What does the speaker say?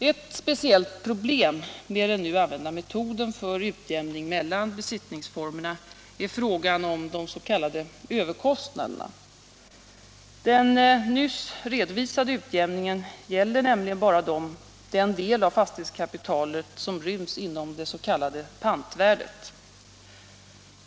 Ett speciellt problem med den nu använda metoden för utjämning mellan besittningsformerna är frågan om de s.k. överkostnaderna. Den nyss redovisade utjämningen gäller nämligen bara den del av fastighetskapitalet som ryms inom det s.k. pantvärdet.